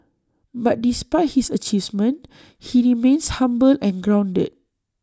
but despite his achievements he remains humble and grounded